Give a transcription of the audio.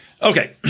Okay